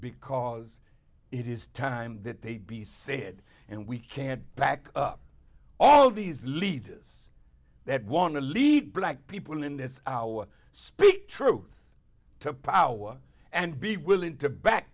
because it is time that they be said and we can't back up all these leaders that want to lead black people in this hour speak truth to power and be willing to back